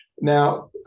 Now